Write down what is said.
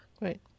right